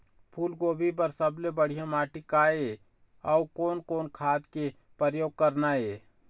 फूलगोभी बर सबले बढ़िया माटी का ये? अउ कोन कोन खाद के प्रयोग करना ये?